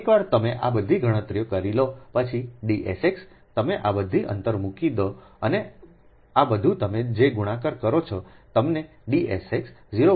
એકવાર તમે આ બધી ગણતરીઓ કરી લો પછી d s x તમે આ બધી અંતર મૂકી દો આ બધા તમે જે ગુણાકાર કરો છો તમને ડીએસx 0